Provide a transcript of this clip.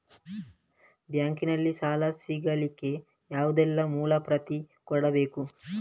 Bank ನಲ್ಲಿ ಸಾಲ ಸಿಗಲಿಕ್ಕೆ ಯಾವುದೆಲ್ಲ ಮೂಲ ಪ್ರತಿ ಕೊಡಬೇಕು?